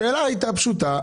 השאלה הייתה פשוטה,